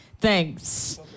Thanks